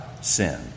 sin